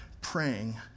praying